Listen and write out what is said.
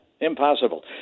impossible